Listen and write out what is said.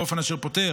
באופן אשר פוטר